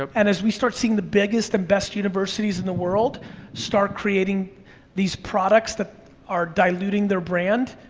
um and as we start seeing the biggest and best universities in the world start creating these products that are diluting their brand,